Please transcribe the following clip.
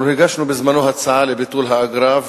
אנחנו הגשנו בזמננו הצעה לביטול האגרה,